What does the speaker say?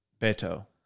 beto